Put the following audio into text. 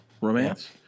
romance